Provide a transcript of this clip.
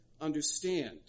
understand